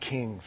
King